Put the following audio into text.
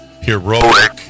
heroic